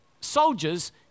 soldiers